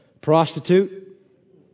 Prostitute